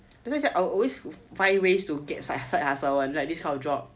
that's why I always find ways to get side hustle [one] like this kind of job